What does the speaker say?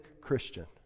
Christian